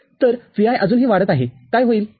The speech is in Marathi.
तर Vi अजूनही वाढत आहे काय होईल